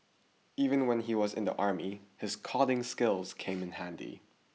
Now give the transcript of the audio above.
even when he was in the army his coding skills came in handy